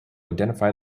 identify